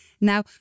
Now